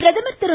பிரதமர் திரு